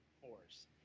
Force